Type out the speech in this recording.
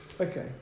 Okay